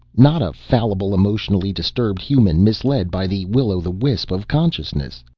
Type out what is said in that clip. not a fallible, emotionally disturbed human misled by the will-o'-the-wisp of consciousness.